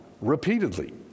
repeatedly